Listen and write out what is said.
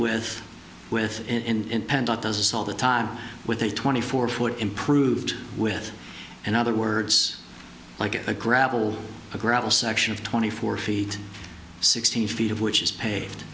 with with in penn dot does all the time with a twenty four foot improved with in other words like a gravel a gravel section of twenty four feet sixty feet of which is pa